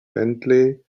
bentley